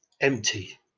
empty